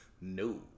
No